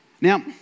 Now